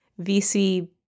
VC